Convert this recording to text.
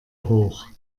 hoch